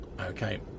Okay